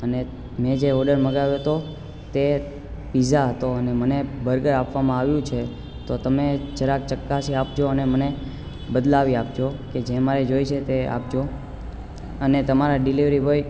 અને મેં જે ઓડર મંગાવ્યો તો તે પીઝા હતો અને મને બર્ગર આપવામાં આવ્યું છે તો તમે જરાક ચકાસી આપજો અને મને બદલાવી આપજો કે જે મારે જોઈએ છે તે આપજો અને તમારા ડિલિવરી બોય